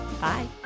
Bye